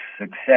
success